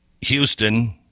Houston